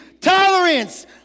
Tolerance